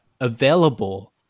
available